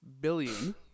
billion